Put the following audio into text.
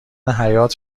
حیات